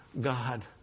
God